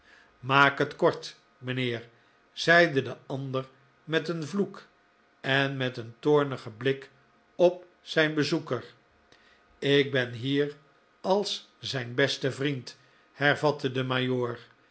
maak het kort mijnheer zeide de ander met een vloek en met een toornigen blik op zijn bezoeker ik ben hier als zijn beste vriend hervatte de